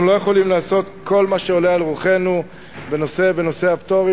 אנחנו לא יכולים לעשות כל מה שעולה על רוחנו בנושא הפטורים,